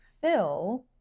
fill